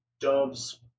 Dove's